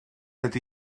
ydy